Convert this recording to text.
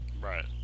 Right